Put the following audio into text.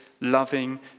loving